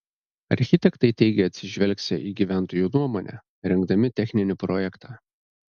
architektai teigė atsižvelgsią į gyventojų nuomonę rengdami techninį projektą